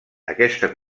aquesta